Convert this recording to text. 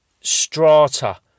strata